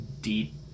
deep